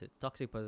toxic